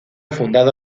fundado